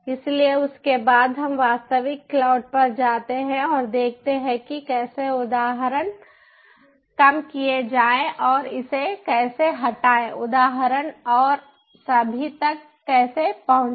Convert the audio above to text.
इसलिए उसके बाद हम वास्तविक क्लाउड पर जाते हैं और देखते हैं कि कैसे उदाहरण कम किया जाए और इसे कैसे हटाएं उदाहरण और सभी तक कैसे पहुंचें